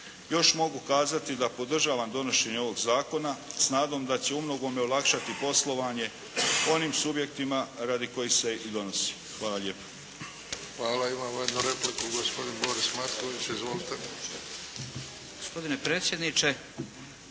Još mogu kazati da podržavam donošenje ovog zakona s nadom da će u mnogome olakšati poslovanje onim subjektima radi kojih se i donosi. Hvala lijepo. **Bebić, Luka (HDZ)** Hvala i vama. Imamo jednu repliku gospodin Boris Matković. Izvolite. **Matković, Borislav